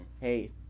hey